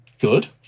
good